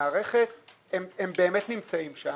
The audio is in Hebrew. באמת נמצאים שם,